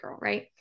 right